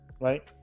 right